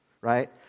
right